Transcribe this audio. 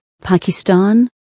Pakistan